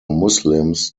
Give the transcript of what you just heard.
muslims